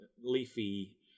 leafy